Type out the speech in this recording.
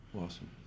Awesome